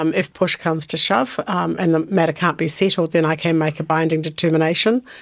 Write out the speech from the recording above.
um if push comes to shove um and the matter can't be settled, then i can make a binding determination.